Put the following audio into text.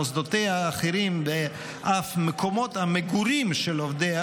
מוסדותיה האחרים ואף מקומות המגורים של עובדיה